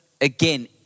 Again